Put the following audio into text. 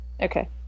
Okay